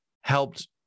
helped